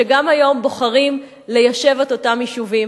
שגם היום בוחרים ליישב את אותם יישובים,